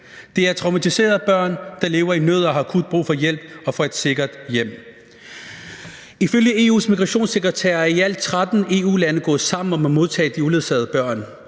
Det er traumatiserede børn, der lever i nød og har akut brug for hjælp og for et sikkert hjem. Ifølge EU's migrationssekretær er i alt 13 EU-lande gået sammen om at modtage de uledsagede børn